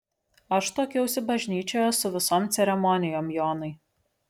aš tuokiausi bažnyčioje su visom ceremonijom jonai